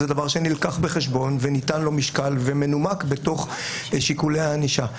זה דבר שנלקח בחשבון וניתן לו משקל ומנומק בתוך שיקולי הענישה.